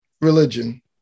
Religion